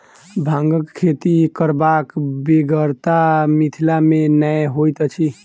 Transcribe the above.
भांगक खेती करबाक बेगरता मिथिला मे नै होइत अछि